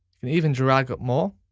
and even drag it more,